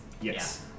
Yes